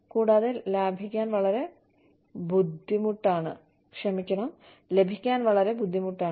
കൂടാതെ ലഭിക്കാൻ വളരെ ബുദ്ധിമുട്ടാണ്